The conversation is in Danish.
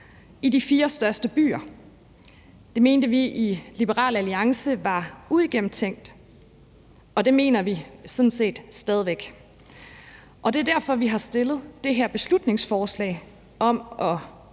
i de fire største byer. Det mente vi i Liberal Alliance var uigennemtænkt, og det mener vi sådan set stadig væk. Og det er derfor, vi har fremsat det her beslutningsforslag om at